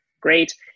Great